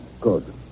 Good